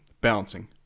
balancing